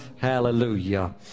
Hallelujah